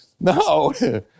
no